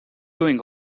doing